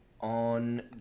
on